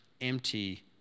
empty